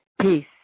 peace